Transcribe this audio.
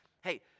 hey